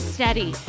Steady